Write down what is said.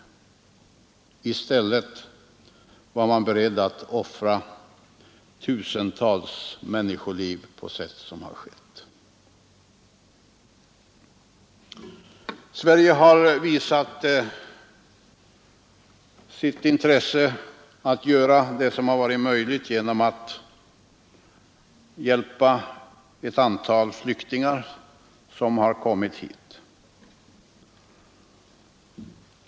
I stället var man beredd att offra tusentals människoliv på de sätt som har skett. Sverige har visat sitt intresse för att göra det som varit möjligt genom att hjälpa ett antal flyktingar som har kommit hit.